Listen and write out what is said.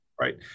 right